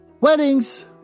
Weddings